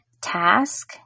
task